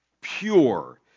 pure